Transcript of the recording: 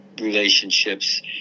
relationships